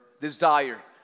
desire